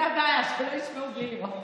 זו הבעיה, שלא ישמעו בלי לראות.